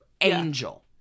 angel